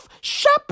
Shepherd